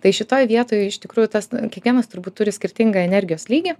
tai šitoj vietoj iš tikrųjų tas kiekvienas turbūt turi skirtingą energijos lygį